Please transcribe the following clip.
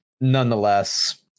nonetheless